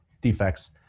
defects